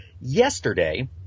Yesterday